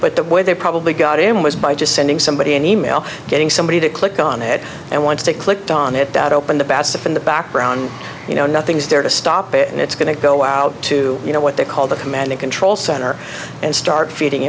but the way they probably got him was by just sending somebody an e mail getting somebody to click on it and once they clicked on it that opened the bass up in the background you know nothing's there to stop it and it's going to go out to you know what they call the command and control center and start feeding